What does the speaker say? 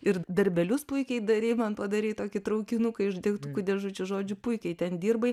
ir darbelius puikiai darei man padarei tokį traukinuką iš degtukų dėžučių žodžiu puikiai ten dirbai